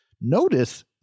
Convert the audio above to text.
Notice